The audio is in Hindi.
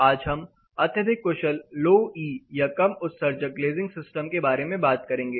आज हम अत्यधिक कुशल लो ई या कम उत्सर्जक ग्लेजिंग सिस्टम के बारे में बात करेंगे